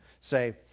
say